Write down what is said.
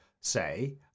say